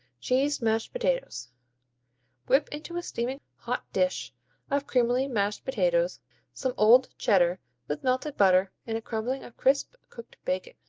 cheesed mashed potatoes whip into a steaming hot dish of creamily mashed potatoes some old cheddar with melted butter and a crumbling of crisp, cooked bacon.